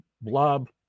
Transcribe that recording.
blob